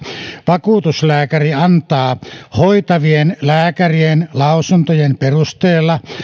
vakuutuslääkäri antaa hoitavien lääkärien lausuntojen perusteella